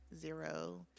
zero